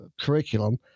curriculum